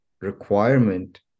requirement